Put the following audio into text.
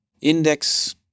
Index